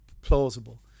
plausible